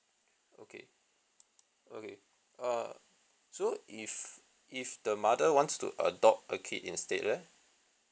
okay okay err so if if the mother wants to adopt a kid instead leh